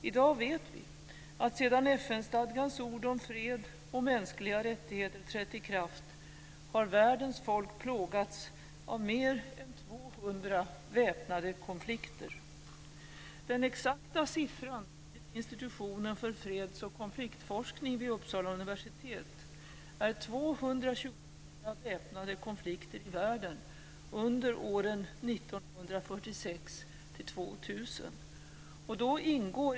I dag vet vi att sedan FN-stadgans ord om fred och mänskliga rättigheter trätt i kraft har världens folk plågats av mer än 200 väpnade konflikter. Den exakta siffran, enligt Institutionen för freds och konfliktforskning vid Uppsala universitet, är 224 väpnade konflikter i världen under åren 1946 till 2000.